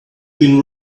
been